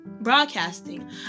broadcasting